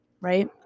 right